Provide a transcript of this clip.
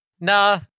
Nah